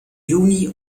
juni